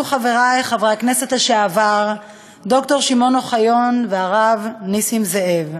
חברי חברי הכנסת לשעבר ד"ר שמעון אוחיון והרב נסים זאב,